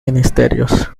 ministerios